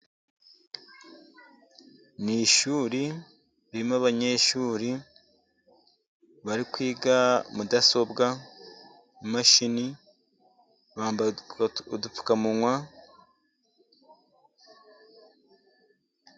Ni ishuri ririmo abanyeshuri bari kwiga mudasobwa imashini. Bambaye udupfukamunwa.